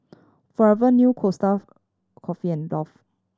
Forever New Costa Coffee and Dove